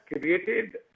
created